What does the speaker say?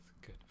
good